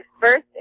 first